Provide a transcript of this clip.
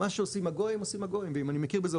מה שעושים הגויים עושים הגויים ואם אני מכיר בזה או